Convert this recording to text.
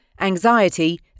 anxiety